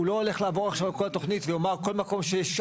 הוא לא הולך לעבור עכשיו על כל התוכנית ולומר על כל מקום שיש.